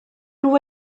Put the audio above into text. nhw